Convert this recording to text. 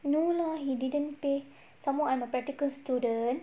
no lor he didn't pay some more I'm a practical student